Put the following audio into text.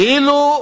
כאילו,